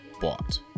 bought